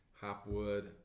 Hopwood